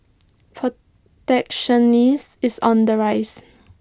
protectionism is on the rise